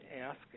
Ask